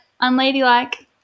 Unladylike